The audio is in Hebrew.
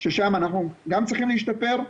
ששם אנחנו גם צריכים להשתפר,